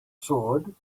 sword